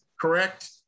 Correct